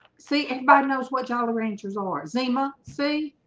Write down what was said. see anybody knows which all the rangers um are zima. see,